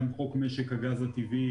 גם חוק משק הגז הטבעי,